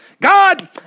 God